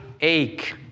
ache